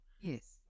Yes